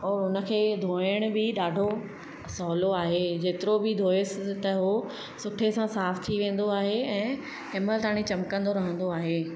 और उन खे धुअण बि ॾाढो सहुलो आहे जेतिरो बि धुइसि त उहो सुठे सां साफ़ थी वेंदो आहे ऐं जेमहिल ताणी चिमकंदो रहंदो आहे